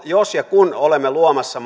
jos ja kun olemme luomassa